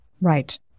Right